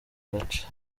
gace